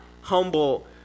humble